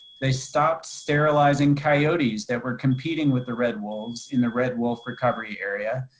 they stopped sterilizing coyotes that were competing with the red wolves in the red wolf recovery area.